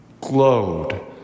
glowed